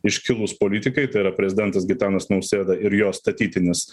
iškilūs politikai tai yra prezidentas gitanas nausėda ir jo statytinis